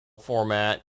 format